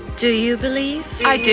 do you believe? i